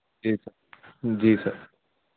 جی sir جی سر